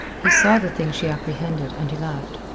he saw the thing she apprehended, and he laughed.